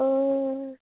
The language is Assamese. অঁ